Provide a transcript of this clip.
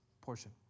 portion